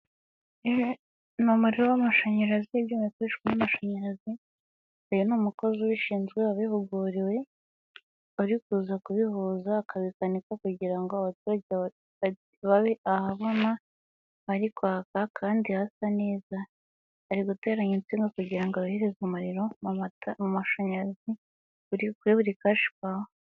Ni umuriro w'amashanyarazi, ibyuma bikoreshwa n'amashanyarazi, uyu ni umukozi ubishinzwe wabihuguriwe uri kuza kubihuza, akabikanika kugira ngo abaturage babe ahabona, hari kwaka kandi hasa neza. Ari guteranya insinga no kugira ngo yohereze umuriro mu mashanyarazi kuri buri kash power.